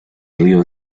río